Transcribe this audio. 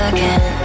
Again